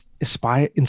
inspire